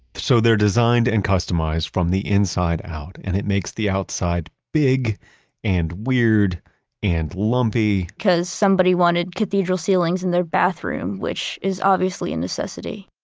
so they're designed and customized from the inside out and it makes the outside big and weird and lumpy, because somebody wanted cathedral ceilings in their bathroom, which is obviously a necessity